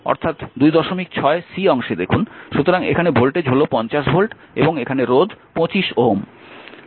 সুতরাং এখানে ভোল্টেজ হল 50 ভোল্ট এবং এখানে রোধ 25 Ω